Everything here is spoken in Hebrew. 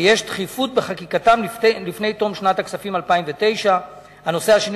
ויש דחיפות בחקיקתם לפני תום שנת הכספים 2009. הנושא השני